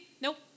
Nope